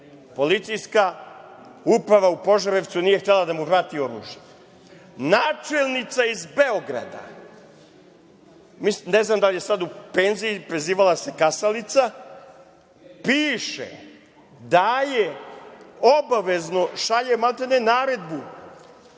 policijska uprava u Požarevcu nije htela da mu vrati oružje. Načelnica iz Beograda, ne znam da li je sada u penziji, prezivala se Kasalica, piše da je obavezno, šalje maltene, naredbu